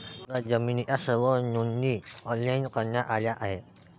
आता जमिनीच्या सर्व नोंदी ऑनलाइन करण्यात आल्या आहेत